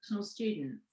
students